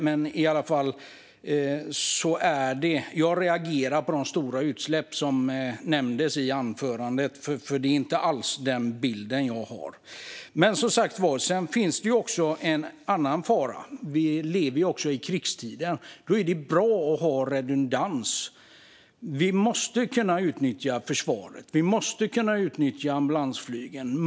Men jag reagerar i alla fall på de stora utsläpp som nämndes i anförandet, för det är inte alls den bild jag har. Det finns också en annan fara: Vi lever i krigstider. Då är det bra att ha redundans. Vi måste kunna utnyttja försvaret, och vi måste kunna utnyttja ambulansflygen.